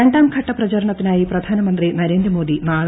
രണ്ടാം ഘട്ട പ്രചാരണത്തിനായി പ്രൂധാനമന്ത്രി നരേന്ദ്രമോദി നാളെയെത്തും